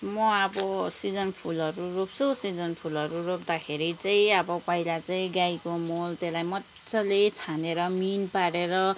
म अब सिजन फुलहरू रोप्छु सिजन फुलहरू रोप्दाखेरि चाहिँ अब पहिला चाहिँ गाईको मल त्यसलाई मज्जाले छानेर मिन पारेर